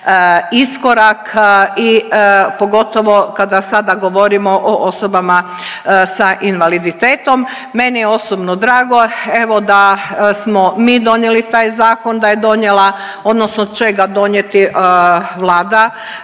iskorak i pogotovo kada sada govorimo o osobama sa invaliditetom. Meni je osobno drago, evo da smo mi donijeli taj zakon, da je donijela,